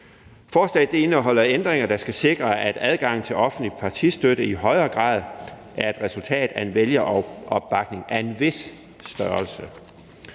Forslaget indeholder ændringer, der skal sikre, at adgangen til offentlig partistøtte i højere grad er et resultat af en vælgeropbakning af en vis størrelse.